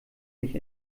mich